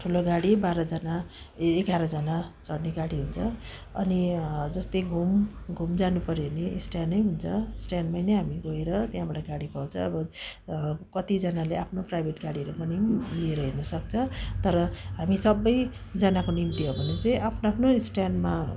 अब ठुलो गाडी बाह्रजना ए एघारजना चढ्ने गाडी हुन्छ अनि जस्तै घुम घुम जानुपऱ्यो भने स्ट्यान्डै हुन्छ स्ट्यान्डमा नै हामी गएर त्यहाँबाट गाडी पाउँछ अब कतिजनाले आफ्नो प्राइभेट गाडीहरू पनि पो लिएर हिँड्नसक्छ तर हामी सबैजनाको निम्ति हो भने चाहिँ आफ्नो आफ्नो स्ट्यान्डमा